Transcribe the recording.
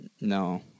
No